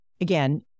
again